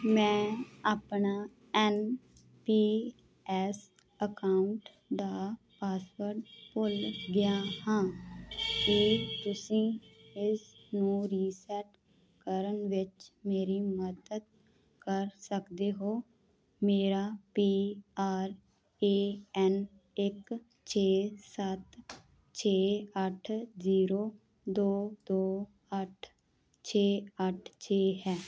ਮੈਂ ਆਪਣਾ N P S account ਦਾ ਪਾਸਵਰਡ ਭੁੱਲ ਗਿਆ ਹਾਂ ਕੀ ਤੁਸੀਂ ਇਸ ਨੂੰ ਰੀਸੈਟ ਕਰਨ ਵਿੱਚ ਮੇਰੀ ਮਦਦ ਕਰ ਸਕਦੇ ਹੋ ਮੇਰਾ ਪੀ ਆਰ ਏ ਐੱਨ ਇੱਕ ਛੇ ਸੱਤ ਛੇ ਅੱਠ ਜ਼ੀਰੋ ਦੋ ਦੋ ਅੱਠ ਛੇ ਅੱਠ ਛੇ ਹੈ